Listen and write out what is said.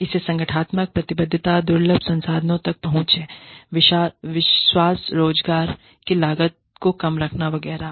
ऐसे संगठनात्मक प्रतिबद्धता दुर्लभ संसाधनों तक पहुंच विश्वास रोज़गार की लागत को कम रखना वगैरह